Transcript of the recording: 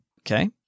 Okay